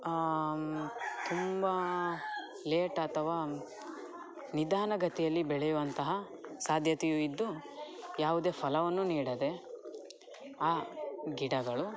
ತುಂಬ ಲೇಟ್ ಅಥವಾ ನಿಧಾನಗತಿಯಲ್ಲಿ ಬೆಳೆಯುವಂತಹ ಸಾಧ್ಯತೆಯು ಇದ್ದು ಯಾವುದೇ ಫಲವನ್ನು ನೀಡದೆ ಆ ಗಿಡಗಳು